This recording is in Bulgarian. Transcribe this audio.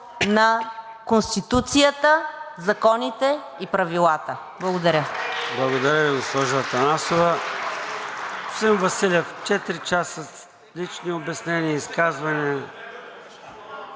на Конституцията, законите и правилата. Благодаря.